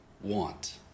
want